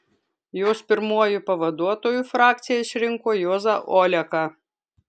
jos pirmuoju pavaduotoju frakcija išrinko juozą oleką